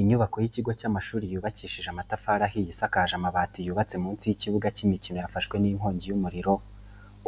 Inyubako y'ikigo cy'amashuri yubakishije amatafari ahiye isakaje amabati yubatse munsi y'ikibuga cy'imikino yafashwe n'inkongi y'umuriro,